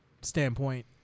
standpoint